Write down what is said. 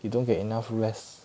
you don't get enough rest